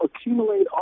accumulate